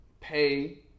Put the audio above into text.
pay